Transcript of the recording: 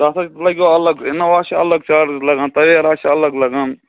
تَتھ حظ لگیو الگ اِنووا چھِ الگ چارجِز لگان تَویرا چھِ الگ لگان